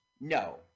No